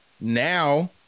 now